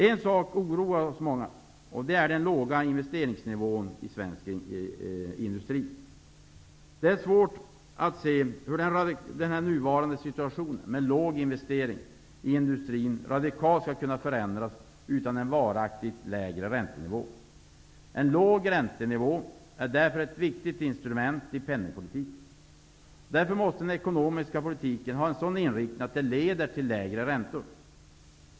En sak oroar många av oss, och det är den låga investeringsnivån i svensk industri. Det är svårt att se hur den nuvarande situationen - med låg investeringsnivå i industrin - radikalt skall kunna förändras utan en varaktigt lägre räntenivå. En låg räntenivå är därför ett viktigt instrument i penningpolitiken. Den ekonomiska politiken måste alltså ha en sådan inriktning att den leder till lägre räntor.